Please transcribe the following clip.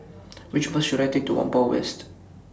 Which Bus should I Take to Whampoa West